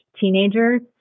teenagers